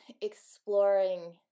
exploring